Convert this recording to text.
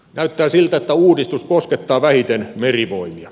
näyttää siltä että uudistus koskettaa vähiten merivoimia